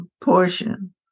portion